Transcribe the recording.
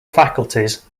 faculties